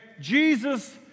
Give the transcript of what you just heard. Jesus